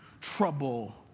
Trouble